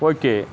okay